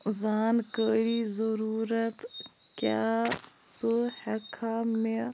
ٲں زانکٲری ضروٗرت کیٛاہ ژٕ ہیٚکہٕ کھا مےٚ